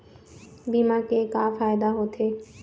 बीमा के का फायदा होते?